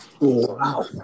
Wow